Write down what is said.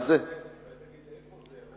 אולי תגיד איפה זה.